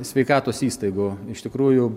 sveikatos įstaigų iš tikrųjų